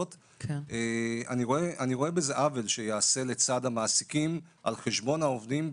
אני רואה בזה עוול שייעשה לצד המעסיקים על חשבון העובדים,